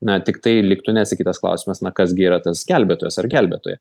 na tiktai liktų neatsakytas klausimas na kas gi yra tas gelbėtojas ar gelbėtoja